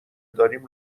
داریم